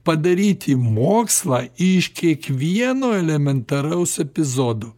padaryti mokslą iš kiekvieno elementaraus epizodo